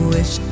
Wish